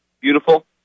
beautiful